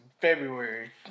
February